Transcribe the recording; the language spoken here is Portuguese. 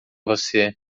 você